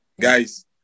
Guys